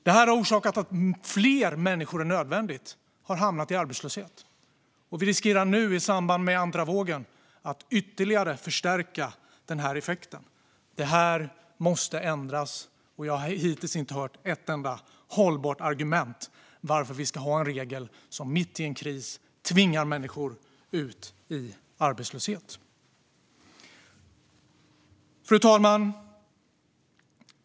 Detta har orsakat att fler människor än nödvändigt har hamnat i arbetslöshet. Vi riskerar nu i samband med andra vågen att förstärka denna effekt ytterligare. Detta måste ändras, och jag har hittills inte hört ett enda hållbart argument för att vi ska ha en regel som mitt i en kris tvingar människor ut i arbetslöshet. Fru talman!